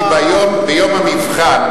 כי ביום המבחן,